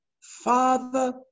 Father